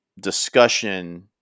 discussion